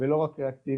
ולא רק אקטיבית.